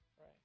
Right